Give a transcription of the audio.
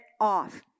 off